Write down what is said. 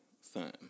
son